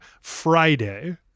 Friday